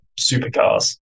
supercars